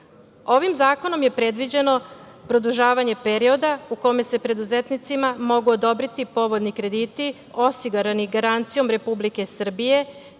zakonom je predviđeno produžavanje perioda u kome se preduzetnicima mogu odobriti povoljni krediti osigurani garancijom Republike Srbije.